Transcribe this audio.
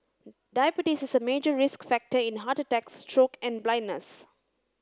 diabetes is a major risk factor in heart attacks stroke and blindness